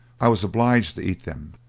i was obliged to eat them,